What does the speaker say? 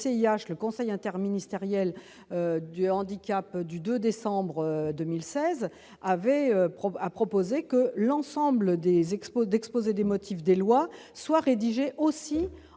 le CIH, le comité interministériel du handicap, du 2 décembre 2016 a proposé que l'ensemble des exposés des motifs des projets de loi soit aussi